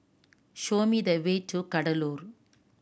show me the way to Kadaloor